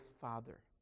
father